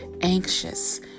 anxious